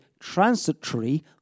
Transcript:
transitory